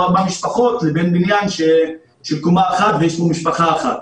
ארבע משפחות לבין בניין של קומה אחת שיש בו משפחה אחת.